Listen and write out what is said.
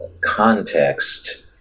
context